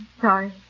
sorry